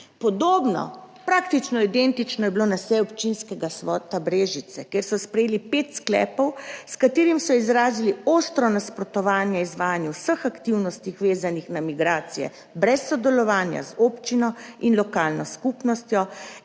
Podobno, praktično identično je bilo na seji občinskega sveta Brežice, kjer so sprejeli pet sklepov, s katerimi so izrazili ostro nasprotovanje izvajanju vseh aktivnosti vezanih na migracije, brez sodelovanja z občino in lokalno skupnostjo